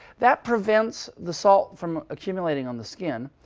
that prevents the salt from accumulating on the skin.